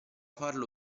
farlo